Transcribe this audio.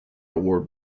award